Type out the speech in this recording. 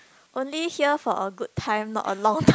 only here for a good time not a long time